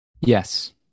Yes